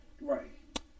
Right